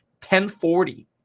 1040